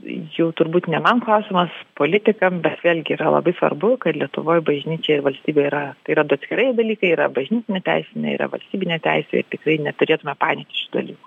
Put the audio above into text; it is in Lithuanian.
jau turbūt ne man klausimas politikam bet vėlgi yra labai svarbu kad lietuvoj bažnyčia ir valstybė yra tai yra du atskirai dalykai yra bažnytinė teisė na yra valstybinė teisė ir tikrai neturėtume painioti šitų dalykų